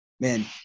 Man